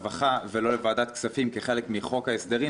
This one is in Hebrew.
ולא לוועדת הכספים כחלק מחוק ההסדרים